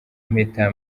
impeta